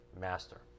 master